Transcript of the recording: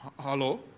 Hello